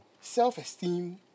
self-esteem